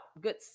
good